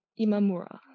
Imamura